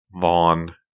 Vaughn